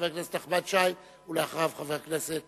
חבר הכנסת נחמן שי, ואחריו, חבר הכנסת